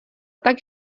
tak